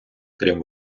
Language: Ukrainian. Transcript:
крім